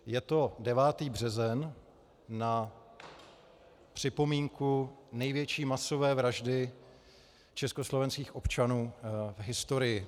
Je to 9. březen na připomínku největší masové vraždy československých občanů v historii.